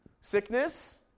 sickness